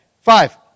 Five